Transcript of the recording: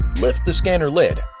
lift the scanner lid,